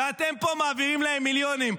ואתם פה מעבירים להם מיליונים.